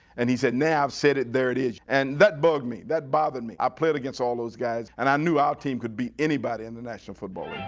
and he said, now i've said it. there it is. and that bugged me. that bothered me. i played against all those guys. and i knew our team could beat anybody in the national football league.